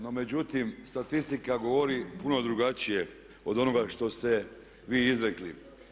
No međutim, statistika govori puno drugačije od onoga što ste vi izrekli.